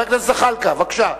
חבר הכנסת זחאלקה, בבקשה.